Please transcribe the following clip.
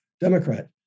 Democrat